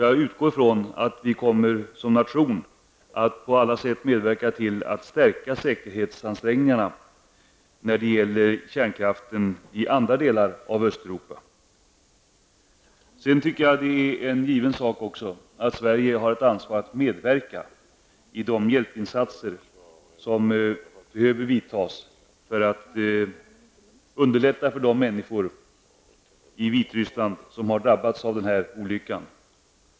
Jag utgår ifrån att vi som nation på alla sätt kommer att medverka till att stärka säkerhetsansträngningarna när det gäller kärnkraften i andra delar av Östeuropa. Det är givet att Sverige har ett ansvar att medverka i de hjälpinsatser som behöver göras för att underlätta för de människor i Vitryssland som har drabbats av den här olyckan.